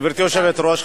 גברתי היושבת-ראש,